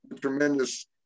tremendous